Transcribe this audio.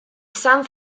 san